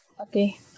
okay